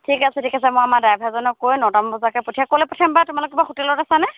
ঠিক আছে ঠিক আছে মই আমাৰ ডাইভাৰজনক কৈ নটা মান বজাত পঠিয়াম ক'লৈ পঠিয়াম বা তোমালোক ক'ৰবাত হোটেলত আছানে